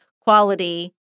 quality